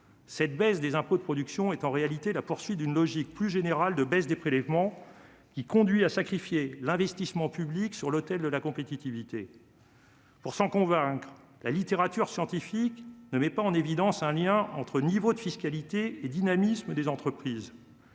Cette baisse des impôts de production est en réalité la poursuite d'une logique plus générale de baisse des prélèvements, qui conduit à sacrifier l'investissement public sur l'autel de la compétitivité. Pour s'en convaincre, la littérature scientifique ne met pas en évidence un lien entre niveau de fiscalité et dynamisme des entreprises,